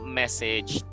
message